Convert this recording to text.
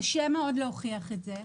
קשה מאוד להוכיח את זה.